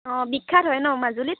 অঁ বিখ্যাত হয় ন মাজুলীত